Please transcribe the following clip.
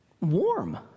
warm